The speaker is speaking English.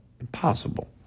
impossible